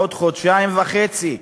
עוד חודשיים וחצי.